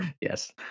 Yes